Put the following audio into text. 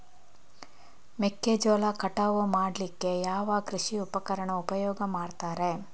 ಮೆಕ್ಕೆಜೋಳ ಕಟಾವು ಮಾಡ್ಲಿಕ್ಕೆ ಯಾವ ಕೃಷಿ ಉಪಕರಣ ಉಪಯೋಗ ಮಾಡ್ತಾರೆ?